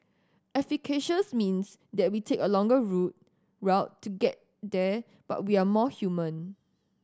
efficacious means that we take a longer route road to get there but we are more human